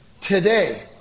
today